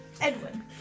Edwin